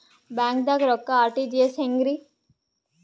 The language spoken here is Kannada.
ಬ್ಯಾಂಕ್ದಾಗ ರೊಕ್ಕ ಆರ್.ಟಿ.ಜಿ.ಎಸ್ ಹೆಂಗ್ರಿ?